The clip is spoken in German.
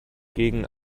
gegen